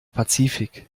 pazifik